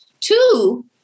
Two